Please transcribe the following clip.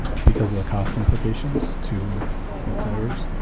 because of the cost implications to employers.